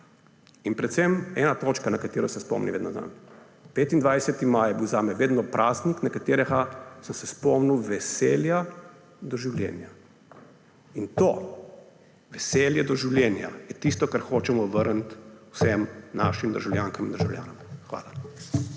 Predvsem ena točka je, na katero se spomnim vedno na ta dan. 25. maj je bil zame vedno praznik, na katerega sem se spomnil veselja do življenja. In to veselje do življenja je tisto, kar hočemo vrniti vsem našim državljankam in državljanom. Hvala.